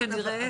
נכון.